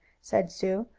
said sue,